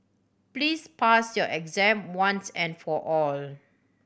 please pass your exam once and for all